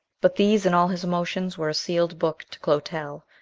but these and all his emotions were a sealed book to clotel,